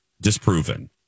disproven